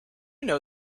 know